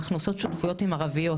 אנחנו עושות שותפויות עם ערביות,